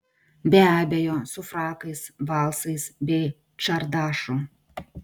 be abejo su frakais valsais bei čardašu